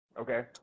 Okay